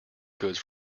goods